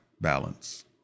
balance